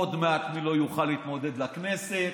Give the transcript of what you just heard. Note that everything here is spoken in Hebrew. עוד מעט מי לא יוכל להתמודד לכנסת,